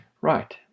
Right